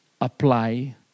apply